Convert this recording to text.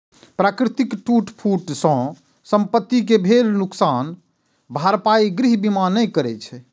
प्राकृतिक टूट फूट सं संपत्ति कें भेल नुकसानक भरपाई गृह बीमा नै करै छै